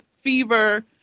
fever